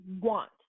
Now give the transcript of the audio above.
want